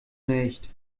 nicht